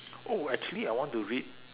oh actually I want to read